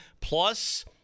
plus